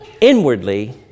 inwardly